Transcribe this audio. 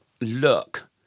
look